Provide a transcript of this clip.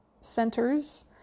centers